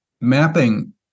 mapping